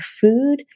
food